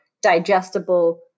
Digestible